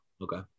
Okay